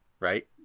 Right